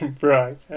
Right